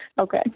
Okay